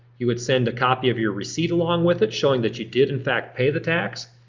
you would send a copy of your receipt along with it, showing that you did, in fact, pay the tax.